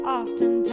Austin